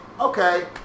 okay